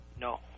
No